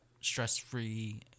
stress-free